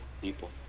people